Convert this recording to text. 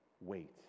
Wait